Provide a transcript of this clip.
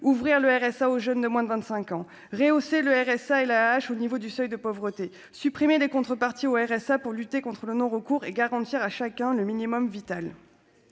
ouvrir le RSA aux jeunes de moins de 25 ans rehausser le RSA et lâche au niveau du seuil de pauvreté, supprimer des contreparties au RSA pour lutter contre le non-recours et garantir à chacun le minimum vital,